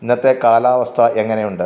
ഇന്നത്തെ കാലാവസ്ഥ എങ്ങനെയുണ്ട്